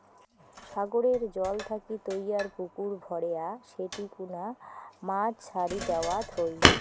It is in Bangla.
সাগরের জল থাকি তৈয়ার পুকুর ভরেয়া সেটি কুনা মাছ ছাড়ি দ্যাওয়ৎ হই